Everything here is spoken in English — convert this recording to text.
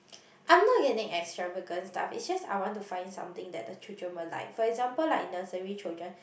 I'm not getting extravagant stuff is just I want to find something that the children will like for example like nursery children